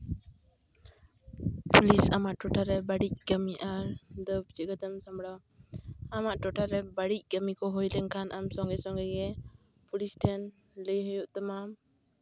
police ᱟᱢᱟᱜ ᱴᱚᱴᱷᱟᱨᱮ ᱵᱟᱹᱲᱤᱡ ᱠᱟᱹᱢᱤ ᱟᱨ ᱫᱟᱹᱵᱽ ᱪᱤᱠᱟᱹᱛᱮᱢ ᱥᱟᱢᱲᱟᱣᱟ ᱟᱢᱟᱜ ᱴᱚᱴᱷᱟᱨᱮ ᱵᱟᱹᱲᱤᱡ ᱠᱟᱹᱢᱤ ᱠᱚ ᱦᱩᱭ ᱞᱮᱱᱠᱷᱟᱱ ᱟᱢ ᱥᱚᱝᱜᱮ ᱥᱚᱝᱜᱮ ᱜᱮ ᱯᱩᱞᱤᱥ ᱴᱷᱮᱱ ᱞᱟᱹᱭ ᱦᱩᱭᱩᱜ ᱛᱟᱢᱟ